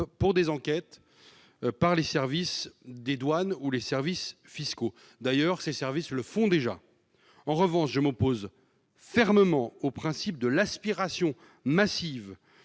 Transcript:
pour des enquêtes par les services des douanes ou les services fiscaux. D'ailleurs, ces services le font déjà. En revanche, je m'oppose fermement au principe de l'aspiration massive